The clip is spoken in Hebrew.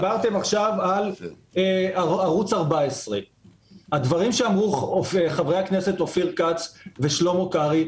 דיברתם עכשיו על ערוץ 14. הדברים שאמרו חברי הכנסת אופיר כץ ושלמה קרעי,